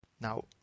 Now